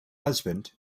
husband